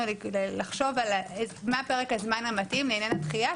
לחשוב מה פרק הזמן המתאים לעניין הדחיה.